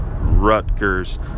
Rutgers